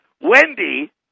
Wendy